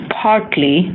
partly